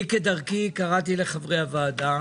אני כדרכי קראתי לחברי הוועדה